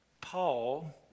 Paul